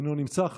אינו נמצא,